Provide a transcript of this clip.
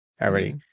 already